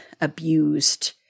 abused